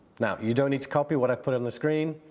now, you don't need to copy what i've put on the screen.